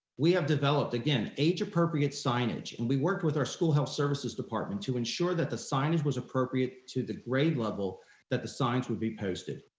we have developed again, age appropriate signage and we worked with our school health services department to ensure that the signage was appropriate to the grade level that the signs would be posted.